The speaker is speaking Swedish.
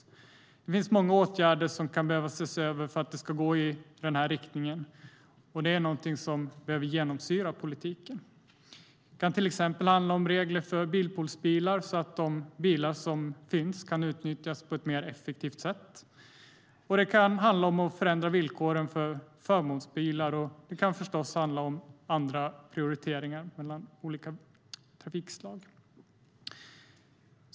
Det finns många åtgärder som kan behöva ses över för att det ska gå i den riktningen, och det är någonting som behöver genomsyra politiken. Det kan till exempel handla om regler för bilpoolsbilar, så att de bilar som finns kan utnyttjas på ett mer effektivt sätt. Det kan handla om att förändra villkoren för förmånsbilar, och det kan förstås handla om andra prioriteringar mellan olika trafikslag.